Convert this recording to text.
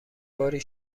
باری